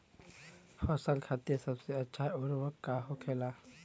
फसल खातीन सबसे अच्छा उर्वरक का होखेला?